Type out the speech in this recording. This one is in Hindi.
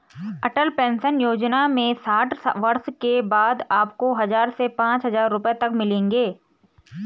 अटल पेंशन योजना में साठ वर्ष के बाद आपको हज़ार से पांच हज़ार रुपए तक मिलेंगे